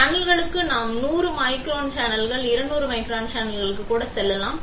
சேனல்களுக்கு நாம் 100 மைக்ரான் சேனல்கள் 200 மைக்ரான் சேனல்களுக்கு கூட செல்லலாம்